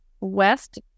West